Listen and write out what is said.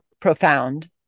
profound